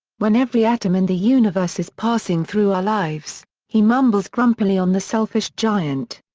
when every atom in the universe is passing through our lives he mumbles grumpily on the selfish giant.